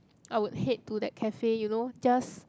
I would head to that cafe you know just